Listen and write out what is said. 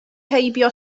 heibio